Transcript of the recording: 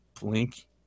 blink